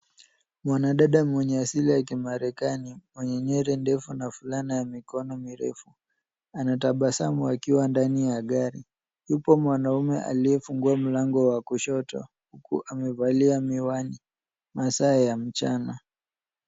Mwanadada mwenye asili ya kimarekani mwenye nywele ndefu na fulana ya mikono mirefu anatabasamu akiwa ndani ya gari. Yupo mwanaume aliyefungua mlango wa kushoto huku amevalia miwani. Masaa ya mchana.